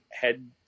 head